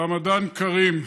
רמדאן כרים,